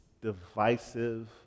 divisive